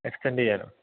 extent ചെയ്യാനോ